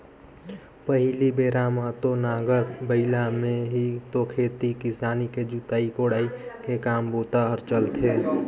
पहिली बेरा म तो नांगर बइला में ही तो खेती किसानी के जोतई कोड़ई के काम बूता हर चलथे